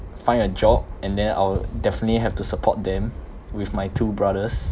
find a job and then I'll definitely have to support them with my two brothers